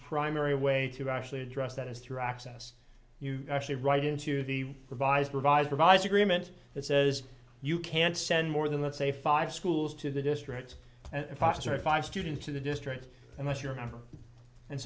primary way to actually address that is through access you actually write into the revised revised revised agreement that says you can't send more than let's say five schools to the district and foster five students in the district unless you're a member and